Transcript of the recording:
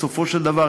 בסופו של דבר,